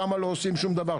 שם לא עושים שום דבר,